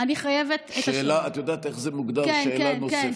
אני חייבת, את יודעת איך זה מוגדר, שאלה נוספת?